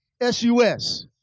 S-U-S